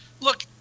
Look